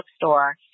bookstore